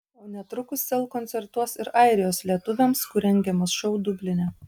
o netrukus sel koncertuos ir airijos lietuviams kur rengiamas šou dubline